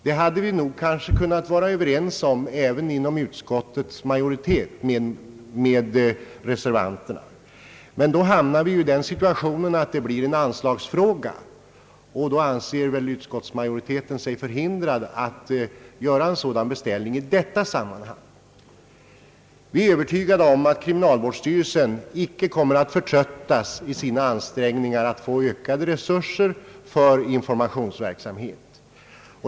Vi hade kanske kunnat även inom utskottets majoritet vara överens med reservanterna om detta, men då hamnar vi i den situationen att det blir en anslagsfråga. Utskottsmajoriteten anser sig då förhindrad att göra en sådan beställning i detta sammanhang. Vi är övertygade om att kriminalvårdsstyrelsen inte kommer att förtröttas i sina ansträngningar att få ökade resurser för informationsverksamhet.